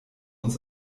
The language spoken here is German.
uns